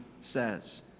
says